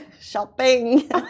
Shopping